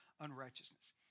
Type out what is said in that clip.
unrighteousness